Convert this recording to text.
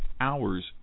hours